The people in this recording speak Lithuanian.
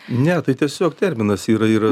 ne tai tiesiog terminas yra yra